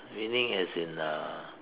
winning as in uh